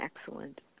excellent